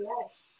yes